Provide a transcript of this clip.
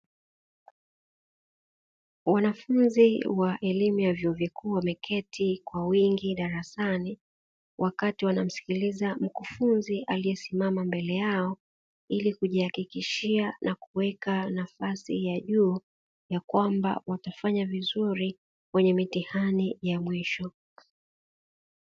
Wanafunzi wa elimu ya vyuo vikuu wameketi kwa wingi darasani wakati wanamsikiliza mkufunzi aliyesimama mbele yao, ili kujihakikishia na kuweka nafasi ya juu ya kwamba watafanya vizuri kwenye mitihani ya mwisho.